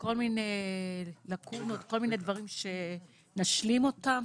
כל מיני לאקונות, כל מיני דברים שנשלים אותם?